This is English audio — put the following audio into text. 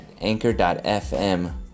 anchor.fm